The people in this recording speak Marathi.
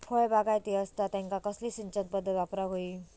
फळबागायती असता त्यांका कसली सिंचन पदधत वापराक होई?